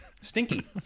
Stinky